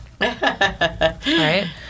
right